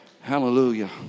hallelujah